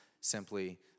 simply